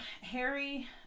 Harry